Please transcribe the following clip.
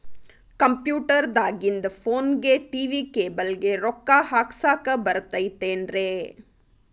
Computer ದಾಗಿಂದ್ ಫೋನ್ಗೆ, TV cable ಗೆ, ರೊಕ್ಕಾ ಹಾಕಸಾಕ್ ಬರತೈತೇನ್ರೇ?